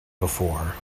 before